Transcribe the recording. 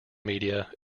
media